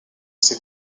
ces